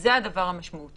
יש מקומות